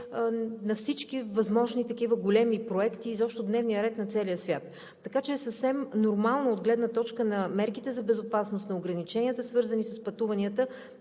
на всички възможни такива големи проекти, изобщо дневния ред на целия свят. Така че е съвсем нормално от гледна точка на мерките за безопасност, на ограниченията, свързани с пътуванията,